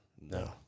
No